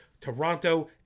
Toronto